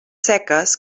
seques